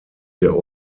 der